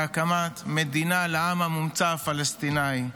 הקמת מדינה לעם המומצא הפלסטינאי.